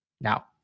Now